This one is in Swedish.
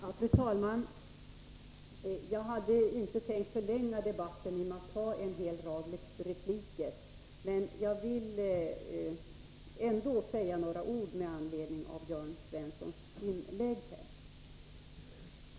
Fru talman! Jag hade inte tänkt förlänga debatten genom en rad repliker. Men jag vill ändå säga några ord med anledning av Jörn Svenssons inlägg.